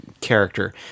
character